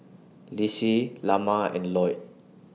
Lissie Lamar and Loyd